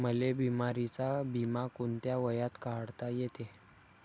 मले बिमारीचा बिमा कोंत्या वयात काढता येते?